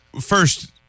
First